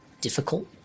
difficult